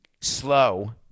slow